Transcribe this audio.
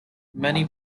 many